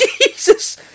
Jesus